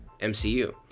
MCU